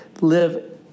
live